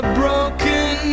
broken